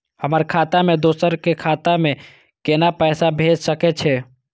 हमर खाता से दोसर के खाता में केना पैसा भेज सके छे?